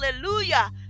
hallelujah